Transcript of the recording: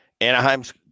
Anaheim's